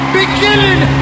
beginning